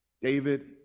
David